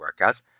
workouts